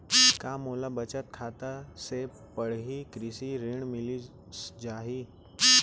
का मोला बचत खाता से पड़ही कृषि ऋण मिलिस जाही?